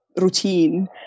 routine